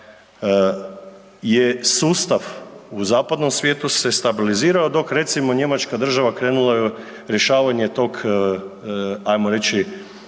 je sustav u zapadnom svijetu stabilizirao, dok recimo Njemačka država krenula je u rješavanje tog ajmo reći